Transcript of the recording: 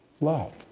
love